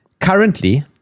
Currently